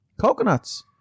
Coconuts